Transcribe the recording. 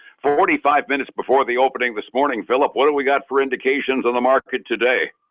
forty five minutes before the opening this morning philip what do we got for indications on the market today?